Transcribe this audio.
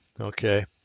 Okay